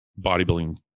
bodybuilding